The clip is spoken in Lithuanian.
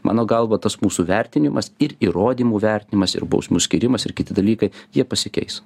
mano galva tas mūsų vertinimas ir įrodymų vertinimas ir bausmių skyrimas ir kiti dalykai jie pasikeis